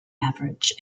average